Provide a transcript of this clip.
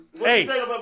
Hey